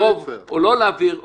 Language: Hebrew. ברוב או לא להעביר,